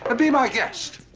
ah be my guest.